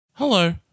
Hello